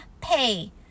pay